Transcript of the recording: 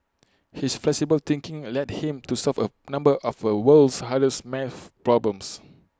his flexible thinking led him to solve A number of A world's hardest math problems